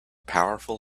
powerful